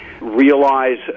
Realize